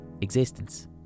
existence